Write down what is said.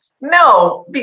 No